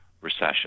recession